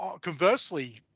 conversely